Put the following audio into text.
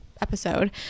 episode